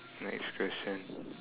next question